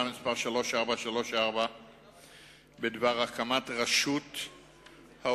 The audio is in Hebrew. מס' 3434 בדבר הקמת רשות האוכלוסין,